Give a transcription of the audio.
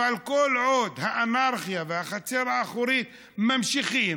אבל כל עוד האנרכיה והחצר האחורית נמשכות,